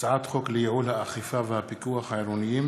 הצעת חוק לייעול האכיפה והפיקוח העירוניים